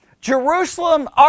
Jerusalem